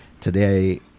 today